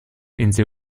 insel